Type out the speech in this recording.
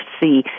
see